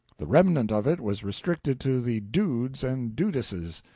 the remnant of it was restricted to the dudes and dudesses.